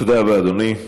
תודה רבה, אדוני.